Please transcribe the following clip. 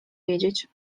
wiedzieć